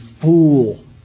fool